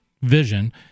vision